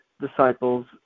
disciples